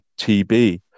tb